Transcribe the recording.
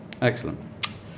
Excellent